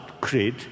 create